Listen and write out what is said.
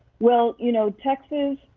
well you know texting.